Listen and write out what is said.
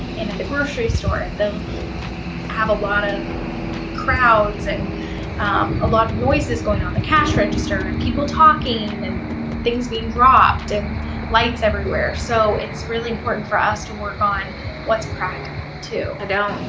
and at the grocery store, they'll have a lot of crowds and a lot of noises going on, the cash register and people talking and things being dropped and lights everywhere. so, it's really important for us to work on what's practical, too. i but don't.